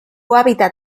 hábitat